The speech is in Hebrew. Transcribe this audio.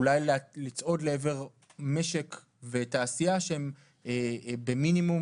אולי לצעוד לעבר משק ותעשייה שהם במינימום,